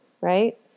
right